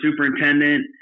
superintendent